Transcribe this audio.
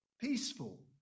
peaceful